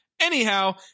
Anyhow